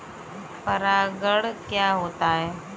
परागण क्या होता है?